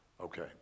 okay